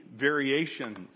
variations